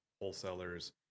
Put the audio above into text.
wholesalers